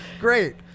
great